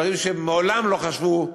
דברים שמעולם לא חשבו,